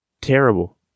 terrible